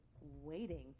waiting